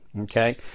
Okay